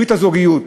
ברית הזוגיות,